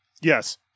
yes